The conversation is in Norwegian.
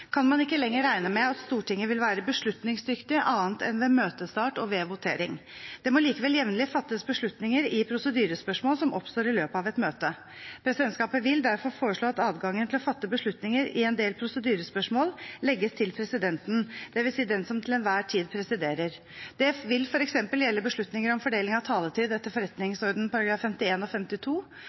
kan man ikke lenger regne med at Stortinget vil være beslutningsdyktig annet enn ved møtestart og ved votering. Det må likevel jevnlig fattes beslutninger i prosedyrespørsmål som oppstår i løpet av et møte. Presidentskapet vil derfor foreslå at adgangen til å fatte beslutninger i en del prosedyrespørsmål legges til presidenten, dvs. den som til enhver tid presiderer. Det vil f.eks. gjelde beslutninger om fordeling av taletid etter forretningsordenen §§ 51 og 52,